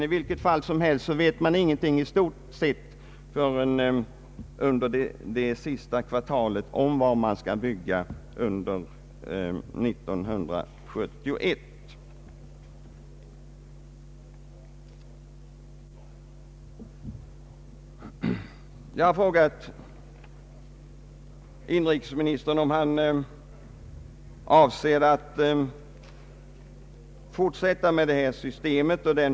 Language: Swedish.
I vilket fall som helst vet man ingenting i stort sett förrän under det sista kvartalet om vad man skall bygga under 1971. Jag har frågat inrikesministern, om han avser att i fortsättningen tillämpa detta system.